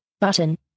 button